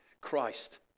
Christ